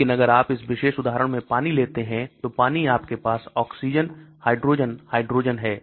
लेकिन अगर आप इस विशेष उदाहरण में पानी लेते हैं तो पानी आपके पास ऑक्सीजन हाइड्रोजन हाइड्रोजन है